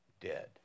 dead